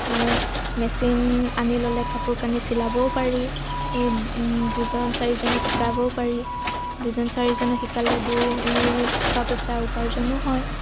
হয় মেচিন আনি ল'লে কাপোৰ কানি চিলাবও পাৰি দুজন চাৰিজনক শিকাবও পাৰি দুজন চাৰিজনক শিকালে দুই টকা পইচা উপাৰ্জনো হয়